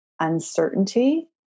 uncertainty